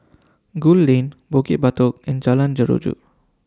Gul Lane Bukit Batok and Jalan Jeruju